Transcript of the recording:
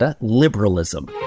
liberalism